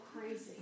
crazy